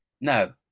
No